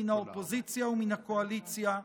מן האופוזיציה ומן הקואליציה,